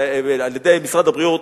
מטעם משרד הבריאות,